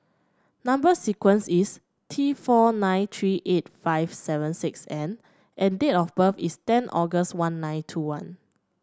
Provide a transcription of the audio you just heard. number sequence is T four nine three eight five seven six N and date of birth is ten August one nine two one